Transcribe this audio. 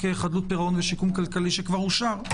חדלות פירעון ושיקום כלכלי וכבר אושר.